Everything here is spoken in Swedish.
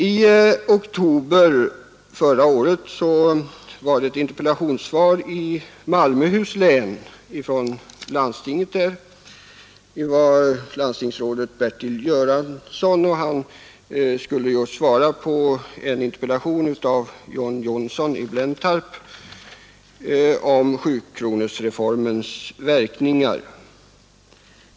I oktober förra året besvarade landstingsrådet Bertil Göransson i Malmöhus läns landsting en interpellation av herr John Johnsson i Blentarp om sjukronorsreformens verkningar.